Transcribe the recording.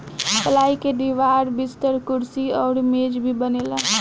पलाई के दीवार, बिस्तर, कुर्सी अउरी मेज भी बनेला